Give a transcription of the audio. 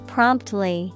Promptly